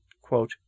Quote